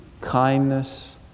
kindness